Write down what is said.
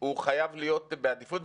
הוא חייב להיות בעדיפות.